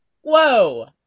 whoa